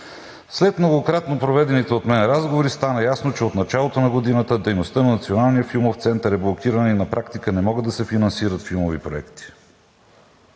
След многократно проведените от мен разговори стана ясно, че от началото на годината дейността на Националния филмов център е блокирана и на практика не могат да се финансират филмови проекти.